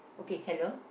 hello